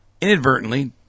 inadvertently